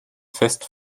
fest